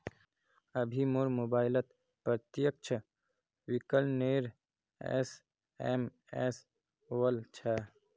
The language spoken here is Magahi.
अभी मोर मोबाइलत प्रत्यक्ष विकलनेर एस.एम.एस वल छ